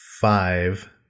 five